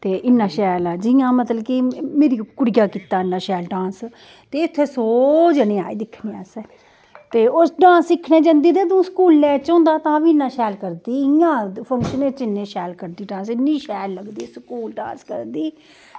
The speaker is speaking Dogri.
ते इन्ना शैल जियां मतलब कि मेरी कुड़ियै कीता इन्ना शैल डांस ते इत्थें सौ जनें आए दिक्खने आस्तै ते ओह् डांस दिक्खने गी जंदी ते स्कूलै च होंदा ते तां बी इन्ना शैल करदी ते इंया फंक्शनै च करदी शैल ते इन्नी शैल लगदी स्कूल डांस करदी